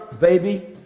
baby